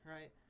Right